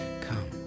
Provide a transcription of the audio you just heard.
come